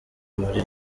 muri